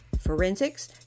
forensics